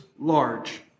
large